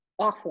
offline